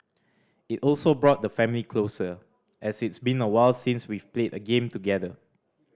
it also brought the family closer as it's been awhile since we've played a game together